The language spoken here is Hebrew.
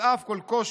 על אף כל קושי,